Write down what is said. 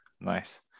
Nice